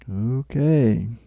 Okay